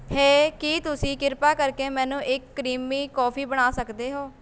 ਹੇ ਕੀ ਤੁਸੀਂ ਕਿਰਪਾ ਕਰਕੇ ਮੈਨੂੰ ਇੱਕ ਕਰੀਮੀ ਕੌਫੀ ਬਣਾ ਸਕਦੇ ਹੋ